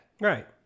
Right